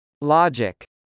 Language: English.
Logic